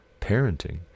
parenting